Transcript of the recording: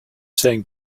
saying